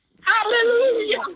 Hallelujah